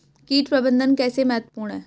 कीट प्रबंधन कैसे महत्वपूर्ण है?